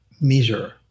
Measure